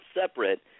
separate